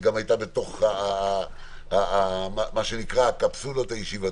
שהיא גם הייתה בתוך הקפסולות הישיבתיות,